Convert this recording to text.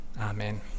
Amen